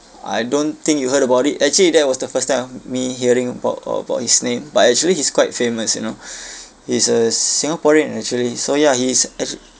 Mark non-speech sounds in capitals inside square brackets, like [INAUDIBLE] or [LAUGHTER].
I don't think you heard about it actually that was the first time me hearing about uh about his name but actually he's quite famous you know [BREATH] he's a singaporean actually so ya he's ac~